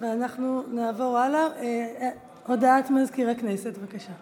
פטור מאגרה למוסד ללא כוונות